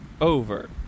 Over